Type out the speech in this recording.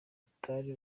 butari